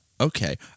Okay